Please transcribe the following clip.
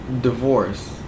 Divorce